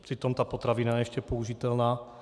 Přitom ta potravina je ještě použitelná.